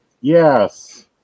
Yes